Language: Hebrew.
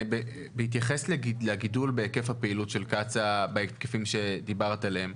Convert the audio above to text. בהתייחס לגידול בהיקף הפעילות של קצא"א בהיקפים שדיברת עליהם,